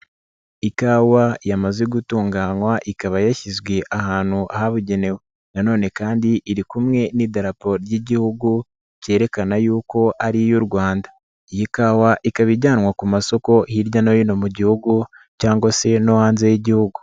Ikawa yamaze gutunganywa ikaba yashyizwe ahantu habugenewe. Nanone kandi iri kumwe n'Idarapo ry'Igihugu kerekana yuko ari iy'u Rwanda. Iyi kawa ikaba ijyanwa ku masoko hirya no hino mu gihugu cyangwa se no hanze y'Igihugu.